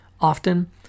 Often